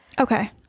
Okay